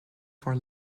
for